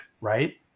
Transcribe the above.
right